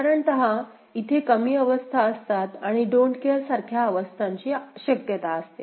साधारणतः इथे कमी अवस्था असतात आणि डोन्ट केअर सारख्या अवस्थांची शक्यता असते